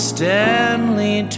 Stanley